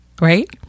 Right